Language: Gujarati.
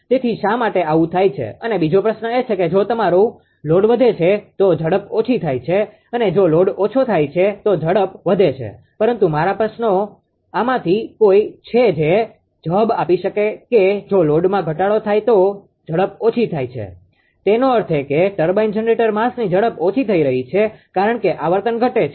તેથી શા માટે આવું થાય છે અને બીજો પ્રશ્ન એ છે કે જો તમારું લોડ વધે છે તો ઝડપ ઓછી થાય છે અને જો લોડ ઓછો થાય છે તો ઝડપ વધે છે પરંતુ મારા પ્રશ્નનો આમાંથી કોઈ છે જે જવાબ આપી શકે કે જો લોડમાં ઘટાડો થાય તો ઝડપ ઓછી થાય છે તેનો અર્થ એ કે ટર્બાઇન જનરેટર માસની ઝડપ ઓછી થઈ રહી છે કારણ કે આવર્તન ઘટે છે